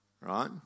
right